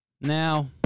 now